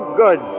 good